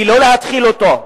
ולא להתחיל אותו,